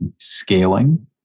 scaling